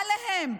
עליהם,